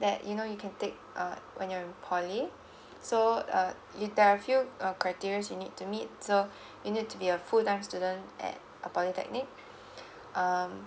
that you know you can take uh when you're in poly so uh you there are a few uh criteria's you need to meet so you need to be a full time student at a polytechnic um